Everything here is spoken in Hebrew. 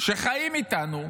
שחיים איתנו,